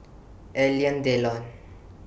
Alain Delon